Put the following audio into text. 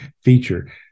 feature